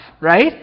right